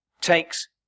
Takes